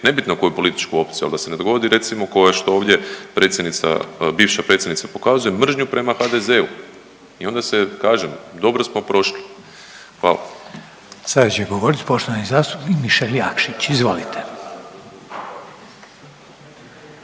nebitno koju političku opciju, ali da se ne dogodi recimo ko što ovdje bivša predsjednica pokazuje mržnju prema HDZ-u. I onda se kažem dobro smo prošli. Hvala. **Reiner, Željko (HDZ)** Sada će govorit poštovani zastupnik Mišel Jakšić. Izvolite.